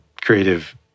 creative